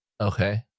okay